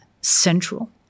central